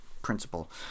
principle